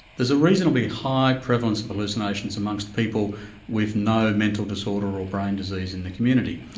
there's a reasonably high prevalence of hallucinations amongst people with no mental disorder or brain disease in the community.